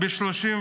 ב-31